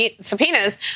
subpoenas